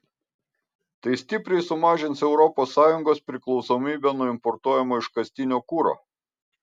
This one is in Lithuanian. tai stipriai sumažins europos sąjungos priklausomybę nuo importuojamo iškastinio kuro